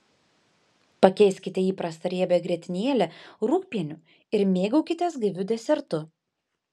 pakeiskite įprastą riebią grietinėlę rūgpieniu ir mėgaukitės gaiviu desertu